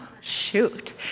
shoot